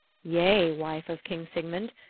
yea, wife of king sigmund,